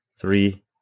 Three